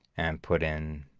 and put in